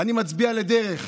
אני מצביע לדרך.